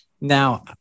Now